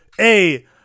A-